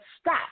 stop